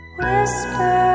whisper